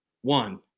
one